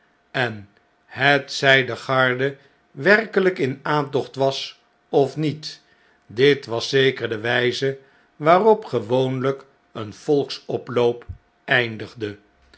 en hetzjj de garde werkelijk in aantocht was of niet dit was zeker de wn'ze waarop gewoonljjk een volksoploop eindigde